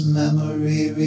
memory